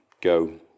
Go